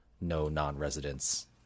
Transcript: no-non-residents